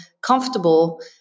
comfortable